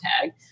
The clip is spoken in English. tag